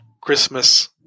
Christmas